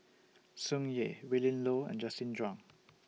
Tsung Yeh Willin Low and Justin Zhuang